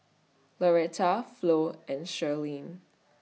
Lauretta Flo and Sherlyn